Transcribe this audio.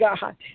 God